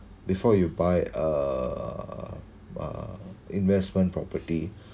before you buy uh investment property